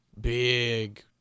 big